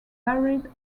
varied